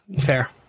Fair